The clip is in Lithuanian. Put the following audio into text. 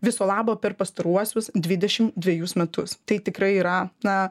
viso labo per pastaruosius dvidešim dvejus metus tai tikrai yra na